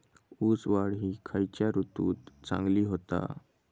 ऊस वाढ ही खयच्या ऋतूत चांगली होता?